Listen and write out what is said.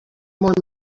molt